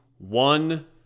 One